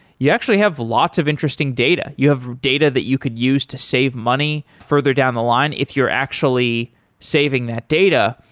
you actually have lots of interesting data. you have data that you could use to save money further down the line if you're actually saving that data.